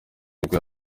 nibwo